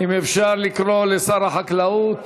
אם אפשר לקרוא לשר החקלאות